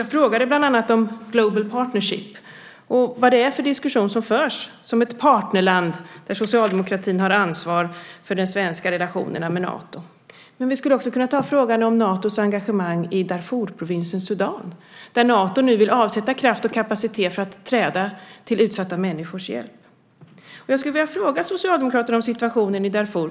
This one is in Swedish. Jag frågade bland annat om global partnership, vad det är för diskussion som förs av oss som partnerland och där socialdemokratin har ansvaret för de svenska relationerna med Nato. Vi skulle också kunna ta frågan om Natos engagemang i Darfurprovinsen i Sudan där Nato nu vill avsätta kraft och kapacitet för att träda till utsatta människors hjälp. Jag skulle vilja fråga Socialdemokraterna om situationen i Darfur.